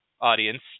audience